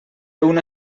una